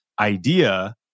idea